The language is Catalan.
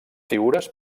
figures